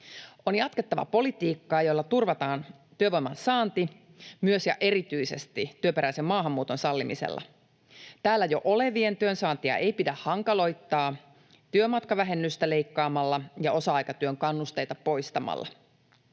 On jatkettava politiikkaa, jolla turvataan työvoiman saanti, myös ja erityisesti työperäisen maahanmuuton sallimisella. Täällä jo olevien työnsaantia ei pidä hankaloittaa työmatkavähennystä leikkaamalla ja osa-aikatyön kannusteita poistamalla.